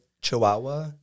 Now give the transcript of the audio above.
Chihuahua